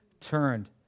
turned